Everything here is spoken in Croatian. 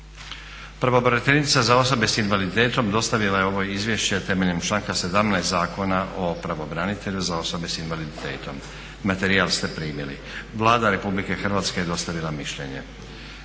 Pravobraniteljica za osobe sa invaliditetom dostavila je ovo izvješće temeljem članka 17. Zakona o pravobranitelju za osobe sa invaliditetom. Materijal ste primili. Vlada RH je dostavila mišljenje.